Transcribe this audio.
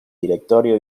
directorio